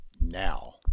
now